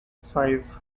five